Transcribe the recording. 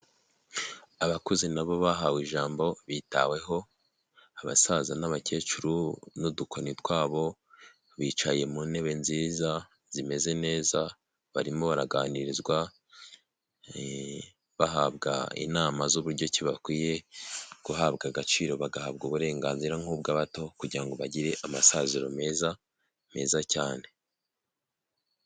Abakuze nabo bahawe ijambo bitaweho, abasaza n'abakecuru n'udukoni twabo bicaye mu ntebe nziza zimeze neza, barimo baraganirizwa bahabwa inama z'uburyo kibakwiye guhabwa agaciro bagahabwa uburenganzira nk'ubw'abato kugira ngo bagire amasaziro meza meza cyane.